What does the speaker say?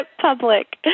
public